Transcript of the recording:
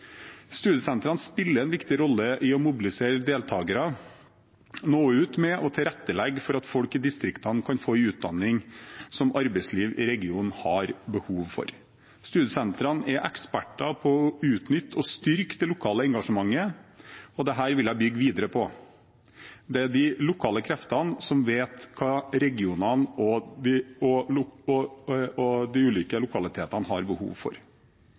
Studiesentrene spiller en viktig rolle i å mobilisere deltakere og nå ut med og tilrettelegge for at folk i distriktene kan få en utdanning som arbeidsliv i regionen har behov for. Studiesentrene er eksperter på å utnytte og styrke det lokale engasjementet, og dette vil jeg bygge videre på. Det er de lokale kreftene som vet hva regionene og de ulike lokalitetene har behov for.